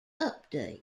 updates